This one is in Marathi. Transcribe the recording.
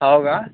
हो का